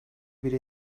bir